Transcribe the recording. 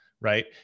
right